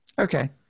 Okay